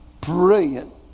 brilliant